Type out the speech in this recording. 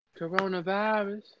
Coronavirus